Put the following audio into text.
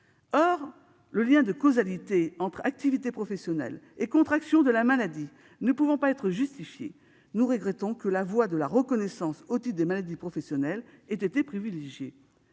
Or le lien de causalité entre activité professionnelle et contraction de la maladie ne pouvant pas être justifié, nous regrettons que la voie de la reconnaissance au titre des maladies professionnelles ait été privilégiée.